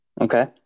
Okay